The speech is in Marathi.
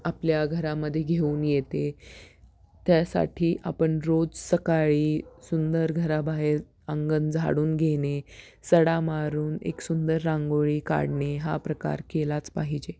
आपल्या घरामध्ये घेऊन येते त्यासाठी आपण रोज सकाळी सुंदर घराबाहेर अंगण झाडून घेणे सडा मारून एक सुंदर रांगोळी काढणे हा प्रकार केलाच पाहिजे